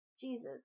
Jesus